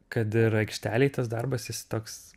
kad ir aikštelėj tas darbas jis toks